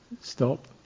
Stop